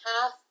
half